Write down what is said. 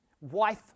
Wife